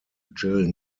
gil